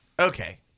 Okay